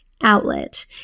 outlet